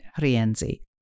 Rienzi